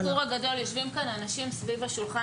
יושבים כאן אנשים סביב השולחן,